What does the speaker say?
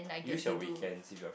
use your weekends if you're